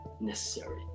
necessary